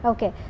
Okay